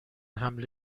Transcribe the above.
حمله